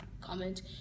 comment